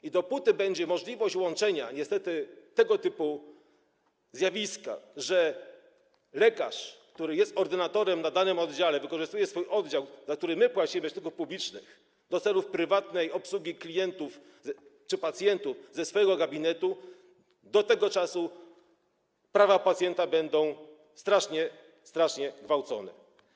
I dopóki będzie możliwość łączenia tego, niestety - chodzi o tego typu zjawiska, że lekarz, który jest ordynatorem na danym oddziale, wykorzystuje swój oddział, za który płacimy ze środków publicznych, do celów prywatnej obsługi klientów czy pacjentów ze swojego gabinetu - dopóty prawa pacjenta będą strasznie, strasznie gwałcone.